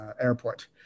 airport